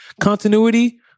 continuity